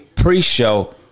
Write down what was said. pre-show